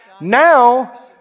Now